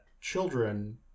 children